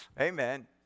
Amen